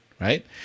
right